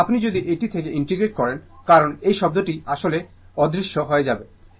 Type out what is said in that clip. সুতরাং আপনি যদি এটি থেকে ইন্টিগ্রেট করেন কারণ এই শব্দগুলি আসলে অদৃশ্য হয়ে যাবে